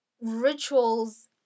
rituals